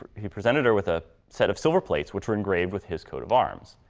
he presented her with a set of silver plates, which were engraved with his coat of arms.